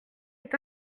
est